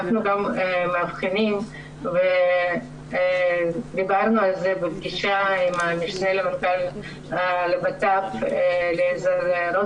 אנחנו גם מאבחנים ודיברנו על זה בפגישה עם המשנה למנכ"ל הבט"פ רוזנבאום,